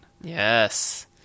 Yes